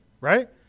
right